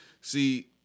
See